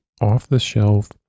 off-the-shelf